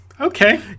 Okay